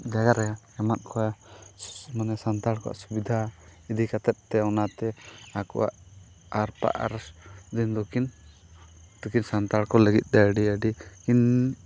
ᱡᱟᱭᱜᱟ ᱨᱮ ᱮᱢᱟᱜ ᱠᱚᱣᱟ ᱢᱟᱱᱮ ᱥᱟᱱᱛᱟᱲ ᱠᱚᱣᱟᱜ ᱥᱩᱵᱤᱫᱷᱟ ᱤᱫᱤ ᱠᱟᱛᱮᱫ ᱛᱮ ᱚᱱᱟᱛᱮ ᱟᱠᱚᱣᱟᱜ ᱫᱤᱱ ᱫᱚᱠᱤᱱ ᱥᱟᱱᱛᱟᱲ ᱠᱚ ᱞᱟᱹᱜᱤᱫ ᱛᱮ ᱟᱹᱰᱤ ᱟᱹᱰᱤ ᱠᱤᱱ